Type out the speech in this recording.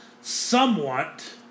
somewhat